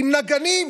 עם נגנים,